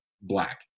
black